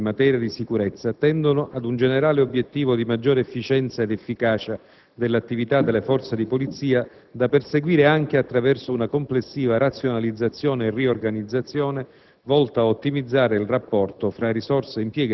Premetto innanzi tutto che le politiche in atto in materia di sicurezza tendono ad un generale obiettivo dì maggiore efficienza ed efficacia dell'attività delle Forze di polizia, da perseguire anche attraverso una complessiva razionalizzazione e riorganizzazione,